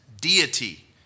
deity